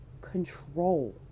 control